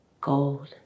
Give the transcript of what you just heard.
gold